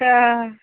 तऽ